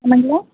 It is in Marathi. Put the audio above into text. काय म्हटलं